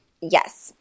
Yes